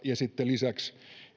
ja sitten lisäksi